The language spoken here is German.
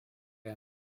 der